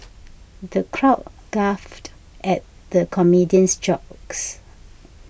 the crowd guffawed at the comedian's jokes